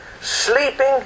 Sleeping